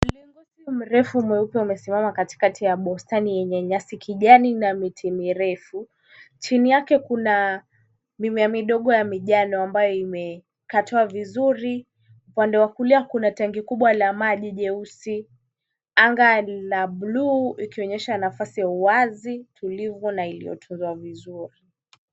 Mwanamume mrefu mweupe amesimama katikati ya bustani yenye nyasi ya kijani na miti mirefu . Chini yake kuna mimea midogo ya mijano ambayo imekatwa vizuri. Upande wa kulia kuna tangi kubwa la maji jeusi ,anga la bluu ikionyesha nafasi ya uwazi tulivu na iliyotunzwa vizuri.